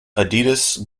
adidas